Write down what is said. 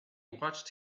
watched